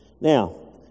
Now